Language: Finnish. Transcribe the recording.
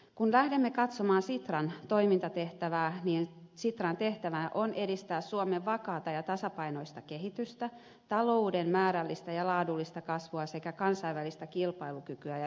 kun lähdemme katsomaan sitran toimintatehtävää niin sitran tehtävänä on edistää suomen vakaata ja tasapainoista kehitystä talouden määrällistä ja laadullista kasvua sekä kansainvälistä kilpailukykyä ja yhteistyötä